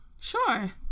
sure